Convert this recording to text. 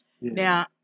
now